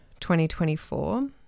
2024